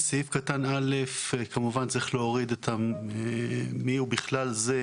לסעיף קטן (א) כמובן צריך להוריד את מ-"ובכלל זה",